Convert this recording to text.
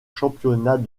championnat